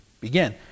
begin